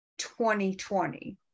2020